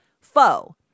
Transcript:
foe